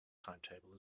timetable